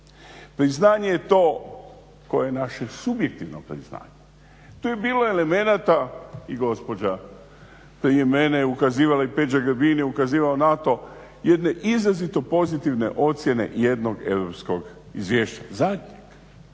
Priznanje je to koje je naše subjektivno priznanje. Tu je bilo elemenata, i gospođa prije mene je ukazivala i Peđa Grbin je ukazivao na to, jedne izrazito pozitivne ocjene jednog europskog izvješća,